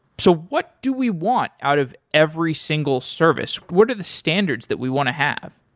so what do we want out of every single service? what are the standards that we want to have?